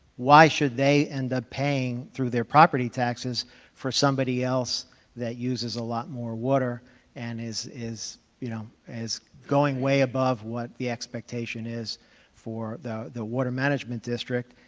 why should they end up paying through their property taxes for somebody else that uses a lot more water and is is you know, is going way above what the expectation is for the the water management district.